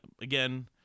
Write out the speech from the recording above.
again